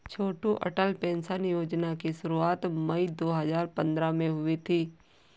छोटू अटल पेंशन योजना की शुरुआत मई दो हज़ार पंद्रह में हुई थी